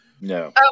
No